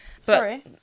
Sorry